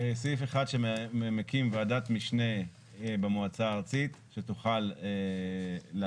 סעיף אחד שמקים ועדת משנה במועצה הארצית שתוכל להסב